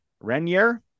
Renier